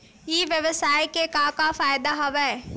ई व्यवसाय के का का फ़ायदा हवय?